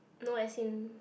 no as in